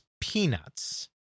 peanuts